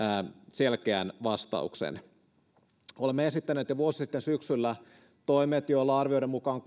selkeän vastauksen olemme esittäneet jo vuosi sitten syksyllä toimet joilla arvioiden mukaan